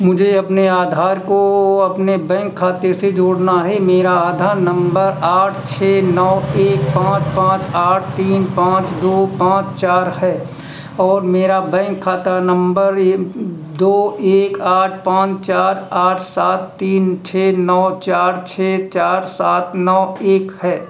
मुझे अपने आधार को अपने बैंक खाते से जोड़ना है मेरा आधार नंबर आठ छः नौ एक पाँच पाँच आठ तीन पाँच दो पाँच चार है और मेरा बैंक खाता नंबर ये दो एक आठ पाँच चार आठ सात तीन छः नौ चार छः चार सात नौ एक है